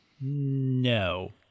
No